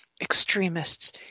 extremists